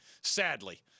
sadly